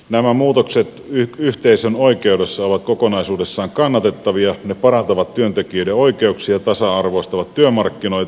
nämä muutokset yhteisön oikeudessa ovat kokonaisuudessaan kannatettavia ne parantavat työntekijöiden oikeuksia ja tasa arvoistavat työmarkkinoita